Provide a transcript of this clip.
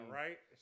right